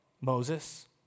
Moses